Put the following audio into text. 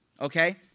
okay